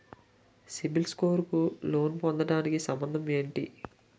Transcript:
CIBIL score కు loan పొందటానికి సంబంధం ఏంటి?